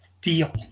deal